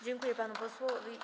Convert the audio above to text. Dziękuję panu posłowi.